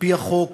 על-פי החוק